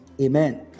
amen